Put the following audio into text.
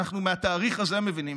מהתאריך הזה אנחנו מבינים